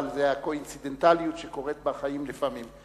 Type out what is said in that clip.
אבל זה הקואינסידנטליות שקורית בחיים לפעמים.